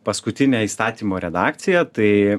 paskutinę įstatymo redakciją tai